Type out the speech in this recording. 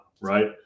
right